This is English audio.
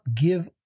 give